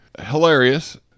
Hilarious